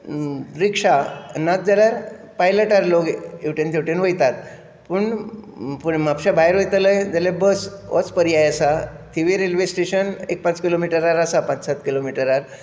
रिक्षा नाच जाल्यार पायल्टान लोक हेवटेन तेवटेन वयतात पूण पूण म्हापश्या भायर वयतले जाल्यार बस होच पर्याय आसा थिवीं रेल्वे स्टॅशन एक पांच किलोमिटरार आसा पांच सात किलोमिटरार